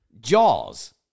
Jaws